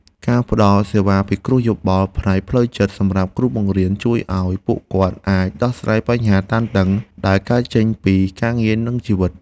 ការផ្តល់សេវាពិគ្រោះយោបល់ផ្នែកផ្លូវចិត្តសម្រាប់គ្រូបង្រៀនជួយឱ្យពួកគាត់អាចដោះស្រាយបញ្ហាតានតឹងដែលកើតចេញពី ការងារនិងជីវិត។